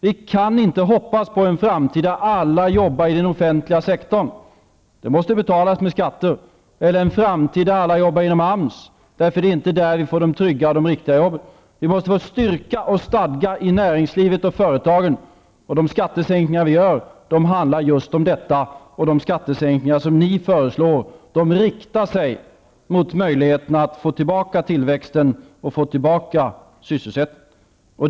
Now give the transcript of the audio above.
Vi kan inte hoppas på en framtid där alla jobbar i den offentliga sektorn -- det måste betalas med skatter -- eller en framtid där alla jobbar inom AMS; det är inte där vi får de trygga och riktiga jobben. Vi måste få styrka och stadga i näringslivet och företagen, och de skattesänkningar vi gör handlar om just detta. De skattesänkningar ni föreslår riktar sig mot möjligheterna att få tillbaka tillväxten och sysselsättningen.